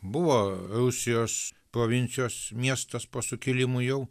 buvo rusijos provincijos miestas po sukilimų jau